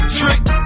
trick